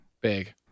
Big